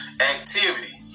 activity